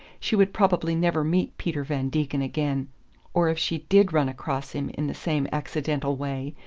she would probably never meet peter van degen again or, if she did run across him in the same accidental way,